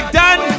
done